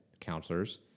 counselors